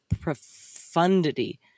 profundity